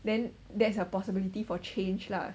then that is a possibility for change lah